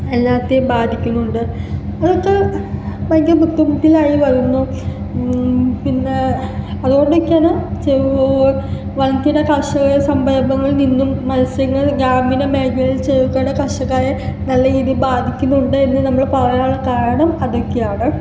എല്ലാതെയും ബാധിക്കുന്നുണ്ട് ഇവിടെ ഇത്ര ഭയങ്കര ബുദ്ധിമുട്ടിലായി വരുന്നു പിന്നെ അതുകൊണ്ടൊക്കെ ആണ് വൻകിട കാർഷിക സംരംഭങ്ങളിൽനിന്നും മത്സ്യങ്ങൾ ഗ്രാമീണ മേഖലയിൽ ചെറുകിട കർഷകരെ നല്ല രീതിയിൽ ബാധിക്കുന്നുണ്ട് എന്ന് നമ്മൾ പറയാനുള്ള കാരണം അതൊക്കെയാണ്